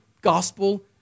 gospel